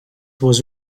was